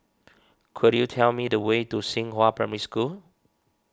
could you tell me the way to Xinghua Primary School